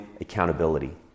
accountability